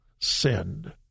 sinned